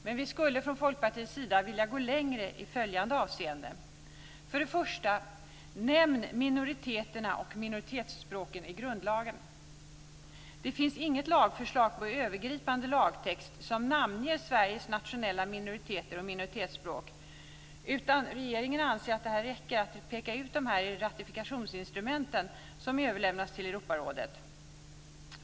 Men vi skulle från Folkpartiets sida vilja gå längre i följande avseende. För det första: Nämn minoriteterna och minoritetsspråken i grundlagen. Det finns inget lagförslag på övergripande lagtext som namnger Sveriges nationella minoriteter och minoritetsspråk, utan regeringen anser att det räcker att peka ut dessa i ratifikationsinstrumenten som överlämnas till Europarådet.